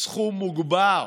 סכום מוגבר